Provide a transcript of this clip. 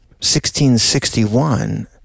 1661